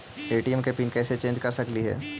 ATM के PIN कैसे change कर सकली ही?